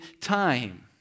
time